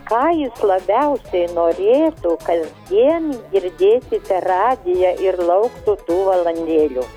ką jis labiausiai norėtų kasdien girdėti per radiją ir lauktų tų valandėlių